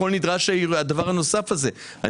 נדרש הדבר הנוסף הזה כשמחיר הפחם ירד ב-50% מאז יולי?